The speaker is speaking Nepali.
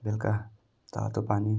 बेलुका तातो पानी